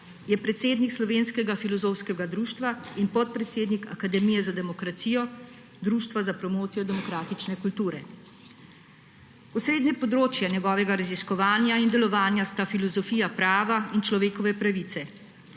Je predsednik Slovenskega filozofskega društva in podpredsednik Akademije za demokracijo, Društva za promocijo demokratične kulture. Osrednje področje njegovega raziskovanja in delovanja sta filozofija prava in človekove pravice.